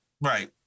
Right